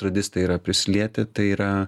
radistai yra prisilietę tai yra